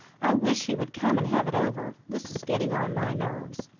i wish he would come and have it over. this is getting on my nerves.